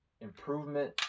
improvement